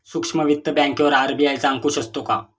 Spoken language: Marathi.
सूक्ष्म वित्त बँकेवर आर.बी.आय चा अंकुश असतो का?